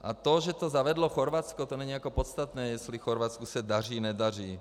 A to, že to zavedlo Chorvatsko, to není podstatné, jestli v Chorvatsku se daří, nedaří.